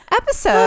episode